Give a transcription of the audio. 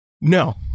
No